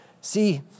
See